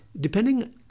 depending